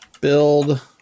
Build